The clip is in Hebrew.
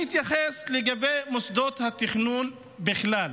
אני אתייחס למוסדות התכנון בכלל.